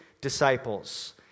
disciples